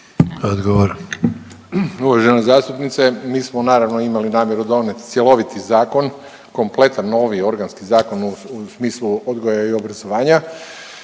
(HDZ)** Uvažena zastupnice, nismo naravno imali namjeru donijeti cjeloviti zakon, kompletan novi organski zakon u smislu odgoja i obrazovanja,